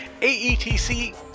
AETC